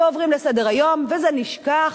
ועוברים לסדר-היום וזה נשכח,